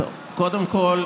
טוב, קודם כול,